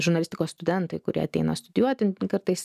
žurnalistikos studentai kurie ateina studijuoti kartais